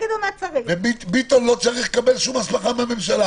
ביטון לא צריך לקבל הסמכה מהממשלה